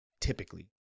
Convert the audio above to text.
typically